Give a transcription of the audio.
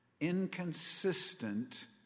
inconsistent